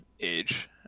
age